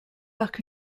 marque